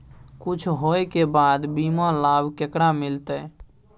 कुछ होय के बाद बीमा लाभ केकरा मिलते?